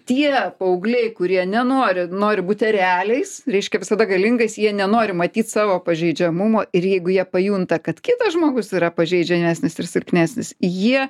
tie paaugliai kurie nenori nori būti ereliais reiškia visada galingais jie nenori matyt savo pažeidžiamumo ir jeigu jie pajunta kad kitas žmogus yra pažeidžiamesnis ir silpnesnis jie